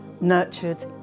nurtured